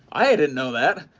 i didn't know that,